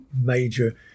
major